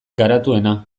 garatuena